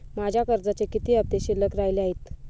माझ्या कर्जाचे किती हफ्ते शिल्लक राहिले आहेत?